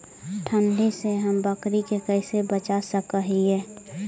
ठंडी से हम बकरी के कैसे बचा सक हिय?